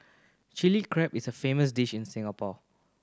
Chilli Crab is a famous dish in Singapore